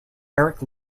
erik